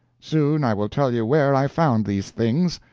soon i will tell you where i found these things.